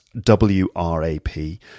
W-R-A-P